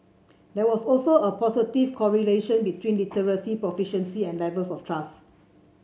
there was also a positive correlation between literacy proficiency and levels of trust